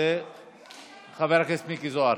מאי וחבר הכנסת מיקי לוי.